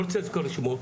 לא רוצה לנקוב בשמות,